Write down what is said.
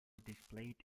displayed